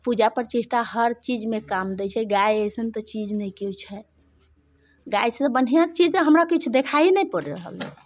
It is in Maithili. पूजा प्रतिष्ठा हर चीजमे काम दै छै गाय जैसन तऽ चीज नहि केओ छै गायसँ बढ़िआँ चीज हमरा किछु देखाए नहि पड़ि रहल हेँ